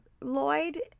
Lloyd